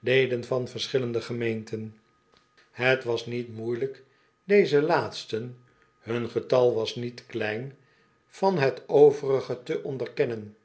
leden van verschillende gemeenten het was niet moeielijk deze laatsten hun getal was niet klein van t overige te onderkennen